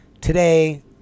today